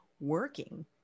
working